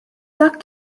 dak